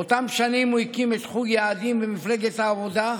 באותן שנים הוא הקים את חוג יעדים במפלגת העבודה,